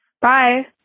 Bye